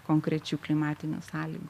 konkrečių klimatinių sąlygų